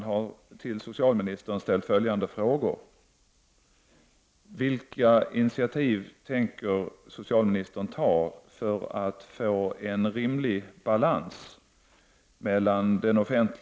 Herr talman!